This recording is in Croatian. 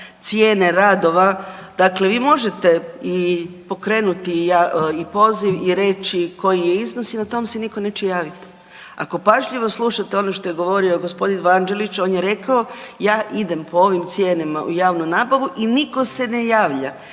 cijene radova, dakle vi možete i pokrenuti i poziv i reći koji je iznos i na to vam se nitko neće javit. Ako pažljivo slušate ono što je govorio gospodin Vanđelić, on je rekao, ja idem po ovim cijenama u javnu nabavu i nitko se ne javlja.